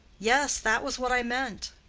yes, that was what i meant.